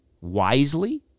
wisely